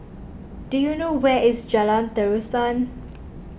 do you know where is Jalan Terusan